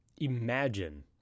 Imagine